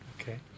Okay